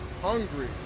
hungry